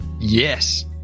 yes